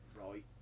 right